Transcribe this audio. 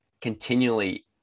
continually